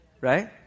right